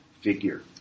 figure